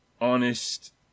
honest